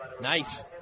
nice